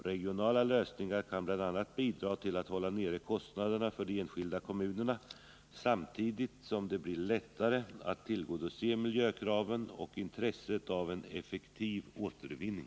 Regionala lösningar kan bl.a. bidra till att hålla nere kostnaderna för de enskilda kommunerna, samtidigt som det blir lättare att tillgodose miljökraven och intresset av en effektiv återvinning.